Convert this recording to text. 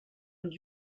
und